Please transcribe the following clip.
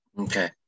okay